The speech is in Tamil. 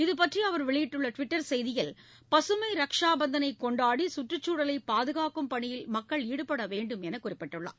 இது பந்றி அவர் வெளியிட்ட டிவிட்டர் செய்தியில் பசுமை ரக்ஷா பந்தளை கொண்டாடி சுற்றுச்சூழலை பாதுகாக்கும் பணியில் மக்கள் ஈடுபட வேண்டும் என குறிப்பிட்டுள்ளார்